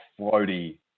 floaty